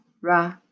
Ra